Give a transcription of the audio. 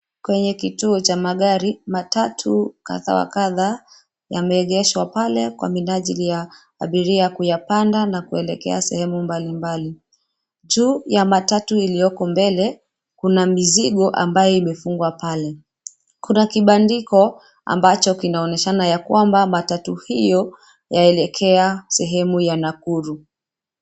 Kwenye kituo cha magari, matatu kadha wa kadha yameegeshwa pale kwa minajili ya abiria kuyapanda na kuelekea sehemu mbalimbali. Juu ya matatu iliyoko mbele, kuna mizigo ambayo imefungwa pale. Kuna kibandiko ambacho kinaonyeshana ya kwamba matatu hiyo yaelekea sehemu ya Nakuru.